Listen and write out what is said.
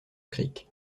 creek